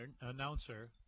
announcer